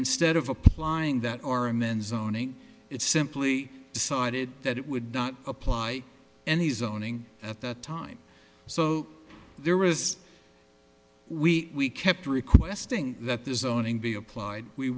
instead of applying that or amend zoning it simply decided that it would not apply any zoning at that time so there was we kept requesting that the zoning be applied we